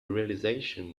realization